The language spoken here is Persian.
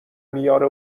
میاره